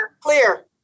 Clear